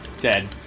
Dead